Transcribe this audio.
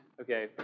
okay